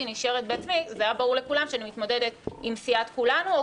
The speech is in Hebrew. נשארת בעצמי זה היה ברור לכולם שאני מתמודדת עם סיעת כולנו או